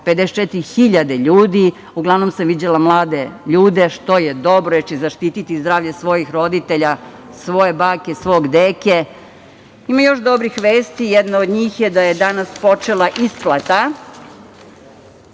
54.000 ljudi. Uglavnom sam viđala mlade ljude, što je dobro, jer će zaštiti zdravlje svojih roditelja, svoje bake, svog deke. Ima još dobrih vesti. Jedna od njih je da je danas počela isplata